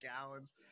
gallons